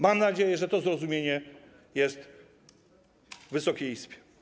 Mam nadzieję, że to zrozumienie jest w Wysokiej Izbie.